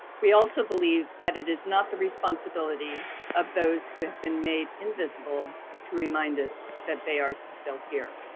we also believe that it is not the responsibility of those who have been made invisible to remind us that they are still here.